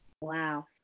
Wow